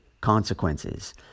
consequences